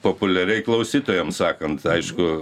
populiariai klausytojams sakant aišku